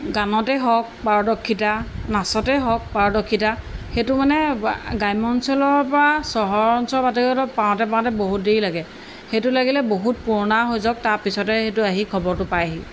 গানতে হওক পাৰদক্ষিতা নাচতেই হওক পাৰদক্ষিতা সেইটো মানে গ্ৰাম্য অঞ্চলৰ পৰা চহৰৰ অঞ্চলৰ বাতৰিকাকতত পাওঁতে পাওঁতে বহুত দেৰি লাগে সেইটো লাগিলে বহুত পুৰণা হৈ যাওক তাৰপিছতে সেইটো আহি খবৰটো পাই আহি